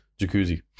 jacuzzi